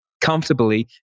comfortably